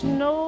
no